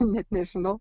net nežinau